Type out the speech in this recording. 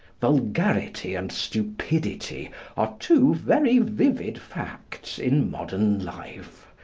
vulgarity and stupidity are two very vivid facts in modern life.